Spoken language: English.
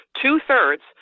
two-thirds